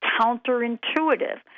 counterintuitive